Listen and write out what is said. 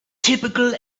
typical